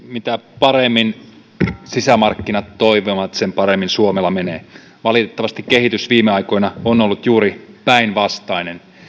mitä paremmin sisämarkkinat toimivat sen paremmin suomella menee valitettavasti kehitys viime aikoina on ollut juuri päinvastainen